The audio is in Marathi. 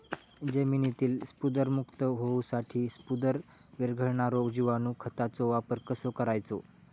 जमिनीतील स्फुदरमुक्त होऊसाठीक स्फुदर वीरघळनारो जिवाणू खताचो वापर कसो करायचो?